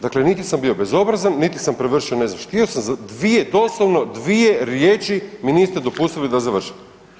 Dakle niti sam bio bezobrazan, niti se prevršio ne znam, htio sam za dvije, doslovno dvije riječi mi niste dopustili da završim.